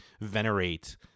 venerate